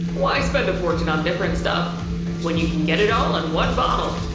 why spend a fortune on different stuff when you can get it all in one bottle?